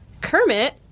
Kermit